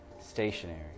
stationary